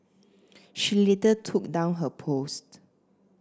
she later took down her post